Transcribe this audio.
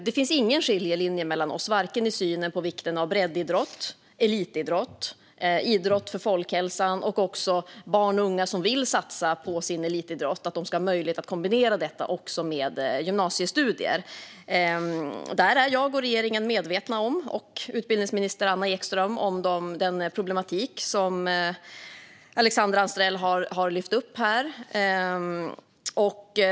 Det finns ingen skiljelinje mellan oss i synen på vikten av breddidrott, elitidrott, idrott för folkhälsan och också möjligheten för barn och unga som vill satsa på sin elitidrott att kombinera detta med gymnasiestudier. Där är jag och utbildningsminister Anna Ekström medvetna om den problematik som Alexandra Anstrell har lyft fram här.